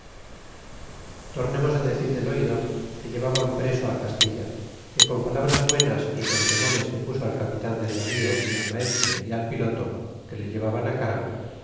guatimala tornemos decir del oidor que llevaban preso á castilla que con palabras buenas é con temores que puso al capitan del navío y al maestre y al piloto que le llevaban á cargo